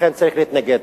לכן צריך להתנגד.